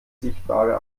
sichtbare